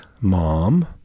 Mom